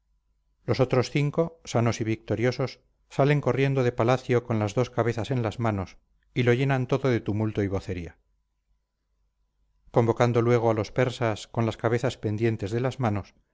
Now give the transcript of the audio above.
los otros cinco sanos y victoriosos salen corriendo de palacio con las dos cabezas en las manos y lo llenan todo de tumulto y vocería convocando luego a los persas con las cabezas pendientes de las manos